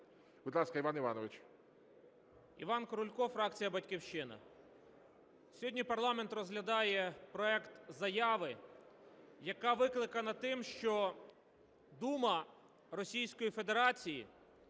Будь ласка, Іван Іванович. 11:12:43 КРУЛЬКО І.І. Іван Крулько, фракція "Батьківщина". Сьогодні парламент розглядає проект заяви, яка викликана тим, що Дума Російської Федерації